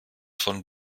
von